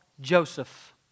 Joseph